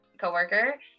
co-worker